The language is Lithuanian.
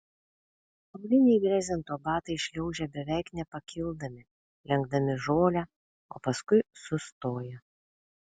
auliniai brezento batai šliaužia beveik nepakildami lenkdami žolę o paskui sustoja